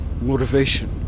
motivation